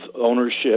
ownership